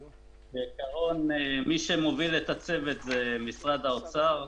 בעיקרון, מי שמוביל את הצוות זה משרד האוצר.